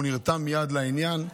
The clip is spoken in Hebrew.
והוא נרתם מייד לעניין.